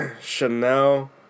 Chanel